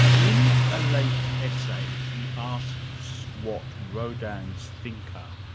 in a late essay he asks what rodin's thinker,